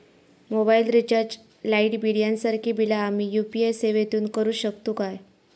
Mobile recharge, light bill यांसारखी बिला आम्ही यू.पी.आय सेवेतून करू शकतू काय?